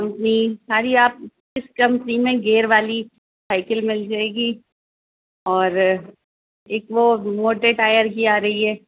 company ساری آپ کس کمپنی میں گیئر والی سائیکل مل جائے گی اور ایک وہ موٹے ٹائر کی آ رہی ہے